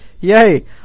yay